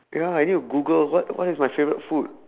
ya I need to google what what is my favourite food